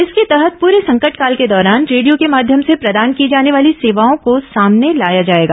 इसके तहत पूरे संकट काल के दौरान रेडियो के माध्यम से प्रदान की जाने वाली सेवाओं को सामने लाया जाएगा